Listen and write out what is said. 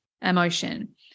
emotion